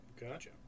gotcha